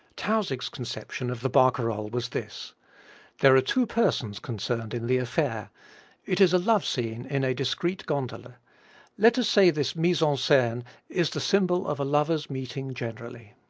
tausig's conception of the barcarolle was this there are two persons concerned in the affair it is a love scene in a discrete gondola let us say this mise-en-scene is the symbol of a lover's meeting generally.